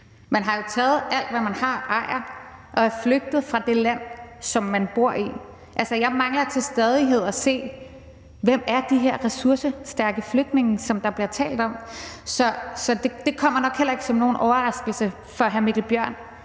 Man har jo taget alt, hvad man ejer og har, og er flygtet fra det land, man bor i. Jeg mangler til stadighed at se, hvem de her ressourcestærke flygtninge, som der bliver talt om, er. Så det kommer nok heller ikke som nogen overraskelse for hr. Mikkel Bjørn,